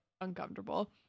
uncomfortable